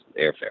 airfare